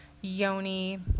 Yoni